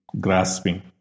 grasping